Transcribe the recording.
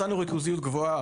מצאנו ריכוזיות גבוהה